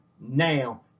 now